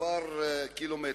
כמה קילומטרים.